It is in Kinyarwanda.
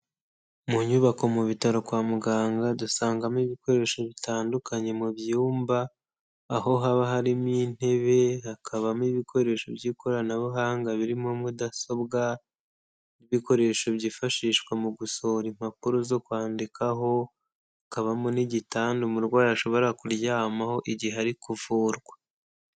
Mu nyubako mu bitaro kwa muganga, dusangamo ibikoresho bitandukanye mu byumba, aho haba harimo intebe, hakabamo ibikoresho by'ikoranabuhanga birimo mudasobwa, n'ibikoresho byifashishwa mu gusohora impapuro zo kwandikaho, hakabamo n'igitanda umurwayi ashobora kuryamaho igihe ari kuvurwa.